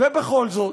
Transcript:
ובכל זאת,